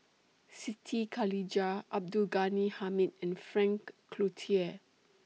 Siti Khalijah Abdul Ghani Hamid and Frank Cloutier